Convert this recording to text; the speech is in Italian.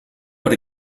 per